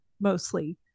mostly